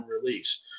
release